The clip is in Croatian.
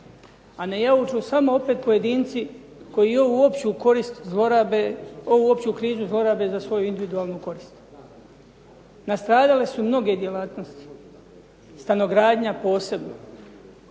a ne jauču samo opet pojedinci koju ovu opću krizu zlorabe za svoju individualnu korist. Nastradale su mnoge djelatnosti, stanogradnja posebno.